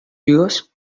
yours